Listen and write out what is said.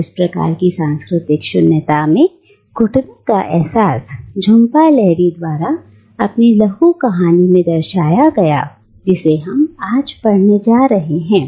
और इस प्रकार की सांस्कृतिक शून्यता में घुटन का एहसास झूंपा लाहिरी द्वारा अपनी लघु कहानी में दर्शाया गया है जिसे हम आज पढ़ने जा रहे हैं